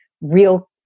real